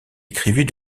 écrivit